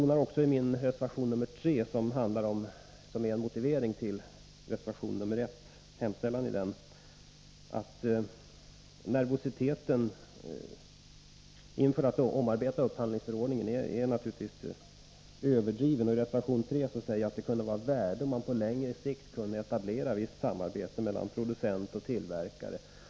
Nervositeten inför att omarbeta upphandlingsförordningen är naturligtvis överdriven. I reservation nr 3, som är en motivering till hemställan i reservation nr 1, betonar jag att det vore av värde om man på längre sikt kunde etablera ett visst samarbete mellan producent och tillverkare.